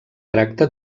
tracta